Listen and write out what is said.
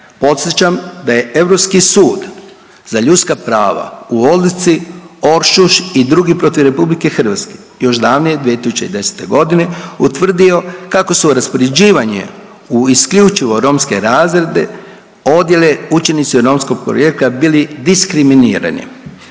podsjećam da je Europski sud za ljudska prava uz odluci Oršuš i drugi protiv RH još davne 2010. utvrdio kako su raspoređivanje u isključivo romske razrede, odjele, učenici romskog porijekla bili diskriminirani.